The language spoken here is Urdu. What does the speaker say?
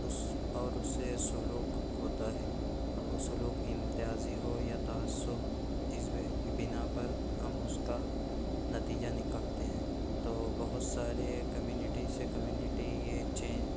اس اور اس سے سلوک ہوتا ہے اور وہ سلوک امتیازی ہو یا تعصب اس بنا پر ہم اس کا نتیجہ نکالتے ہیں تو بہت سارے کمیونٹی سے کمیونٹی یہ چینج